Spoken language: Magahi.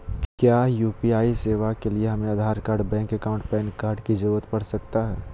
क्या यू.पी.आई सेवाएं के लिए हमें Aadhaar card bank account PAN card की जरूरत पड़ सकता है?